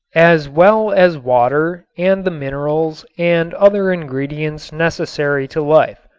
as well as water and the minerals and other ingredients necessary to life.